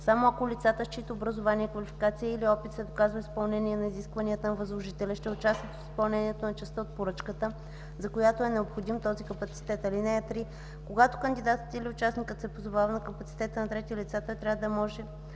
само ако лицата, с чиито образование, квалификация или опит се доказва изпълнение на изискванията на възложителя, ще участват в изпълнението на частта от поръчката, за която е необходим този капацитет. (3) Когато кандидатът или участникът се позовава на капацитета на трети лица, той трябва да може